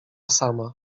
sama